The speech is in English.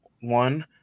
one